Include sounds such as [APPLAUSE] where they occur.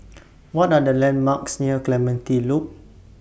[NOISE] What Are The landmarks near Clementi Loop